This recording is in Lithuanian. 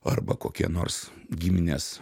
arba kokie nors giminės